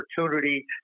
opportunity